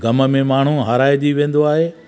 ग़म में माण्हू हाराएजी वेंदो आहे